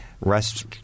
rest